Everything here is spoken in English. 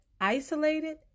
isolated